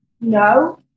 No